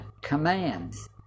commands